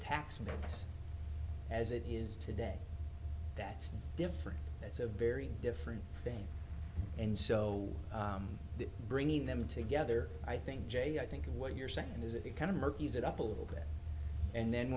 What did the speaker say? tax as it is today that's different that's a very different thing and so the bringing them together i think j i think what you're saying is that the kind of murky set up a little bit and then